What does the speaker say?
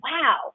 wow